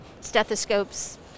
stethoscopes